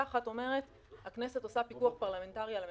אחת אומרת שהכנסת עושה פיקוח פרלמנטרי על הממשלה,